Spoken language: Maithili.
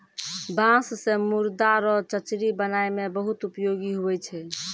बाँस से मुर्दा रो चचरी बनाय मे बहुत उपयोगी हुवै छै